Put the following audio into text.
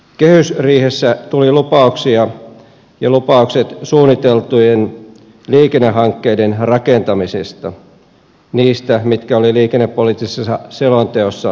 kehysriihessä tuli lupaukset suunniteltujen liikennehankkeiden rakentamisesta niiden mitkä olivat liikennepoliittisessa selonteossa jo sisällä